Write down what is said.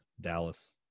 Dallas